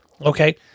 okay